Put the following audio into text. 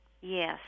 Yes